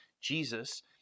Jesus